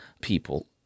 people